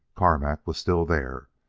carmack was still there,